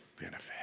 benefit